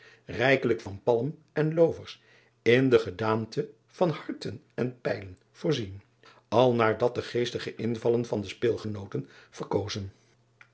rijkelijk van palm en loovers in de gedaante van harten en pijlen voorzien al naar dat de geestige invallen van de speelgenooten verkozen